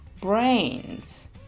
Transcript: brains